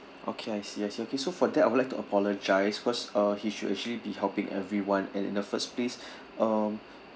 okay I see I see okay so for that I'd like to apologise cause uh he should actually be helping everyone and in the first place um